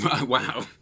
wow